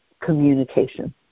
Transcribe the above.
communication